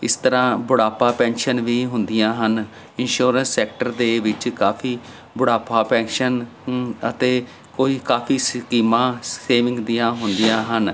ਇਸ ਤਰ੍ਹਾਂ ਬੁਢਾਪਾ ਪੈਨਸ਼ਨ ਵੀ ਹੁੰਦੀਆਂ ਹਨ ਇਸ਼ੋਰੈਂਸ ਸੈਕਟਰ ਦੇ ਵਿੱਚ ਕਾਫ਼ੀ ਬੁੜਾਪਾ ਪੈਨਸ਼ਨ ਅਤੇ ਕੋਈ ਕਾਫ਼ੀ ਸਕੀਮਾਂ ਸੇਵਿੰਗ ਦੀਆਂ ਹੁੰਦੀਆਂ ਹਨ